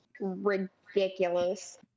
ridiculous